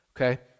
Okay